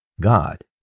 God